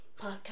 podcast